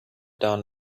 down